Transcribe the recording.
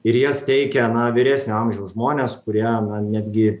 ir jas teikia na vyresnio amžiaus žmonės kurie na netgi